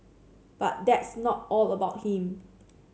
but that's not all about him